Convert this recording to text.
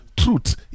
Truth